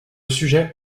sujet